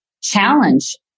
challenge